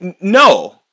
no